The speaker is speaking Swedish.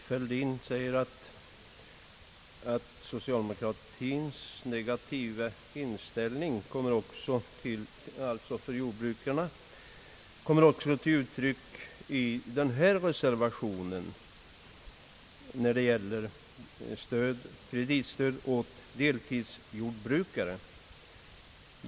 Herr talman! Herr Fälldin säger att socialdemokratins negativa inställning gentemot jordbrukarna också kommer till uttryck i denna reservation som gäller kreditstöd åt deltidsjordbrukare.